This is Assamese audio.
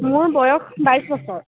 মোৰ বয়স বাইছ বছৰ